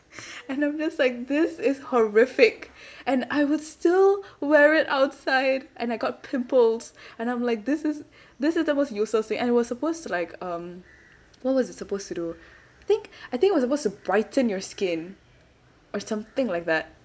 and I'm just like this is horrific and I would still wear it outside and I got pimples and I'm like this is this is the most useless thing and it was supposed to like um what was it supposed to do I think I think it was supposed to brighten your skin or something like that